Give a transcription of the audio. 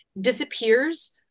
disappears